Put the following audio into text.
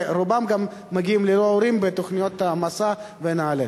ורובם גם מגיעים ללא ההורים בתוכניות "מסע" ונעל"ה.